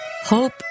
hope